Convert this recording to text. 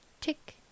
tick